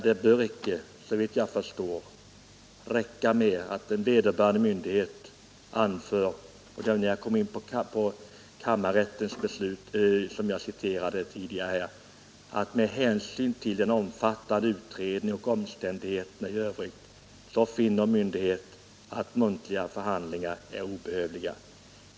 Det bör, såvitt jag förstår, icke räcka med att vederbörande myndighet som motiv för avslagsbeslut — som jag tidigare har återgivit — anför att med hänsyn till den omfattande utredningen och omständigheterna i målet finner myndigheten att muntliga förhandlingar är obehövliga.